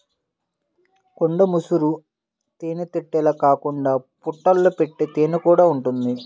కొండ ముసురు తేనెతుట్టెలే కాకుండా పుట్టల్లో పెట్టే తేనెకూడా ఉంటది